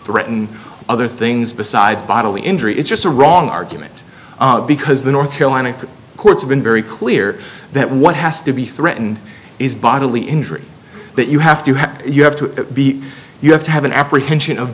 threaten other things besides bodily injury it's just a wrong argument because the north carolina courts have been very clear that what has to be threatened is bodily injury that you have to have you have to be you have to have an apprehension of